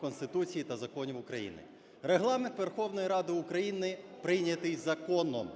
Конституції та законів України". Регламент Верховної Ради України прийнятий законом.